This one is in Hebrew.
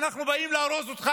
אנחנו באים להרוס לך,